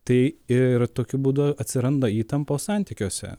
tai ir tokiu būdu atsiranda įtampos santykiuose